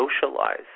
Socialize